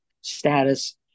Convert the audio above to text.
status